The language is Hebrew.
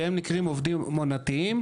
שהם נקראים עובדים עונתיים,